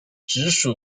直属